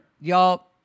y'all